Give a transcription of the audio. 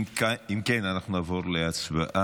אם כן, אנחנו נעבור להצבעה.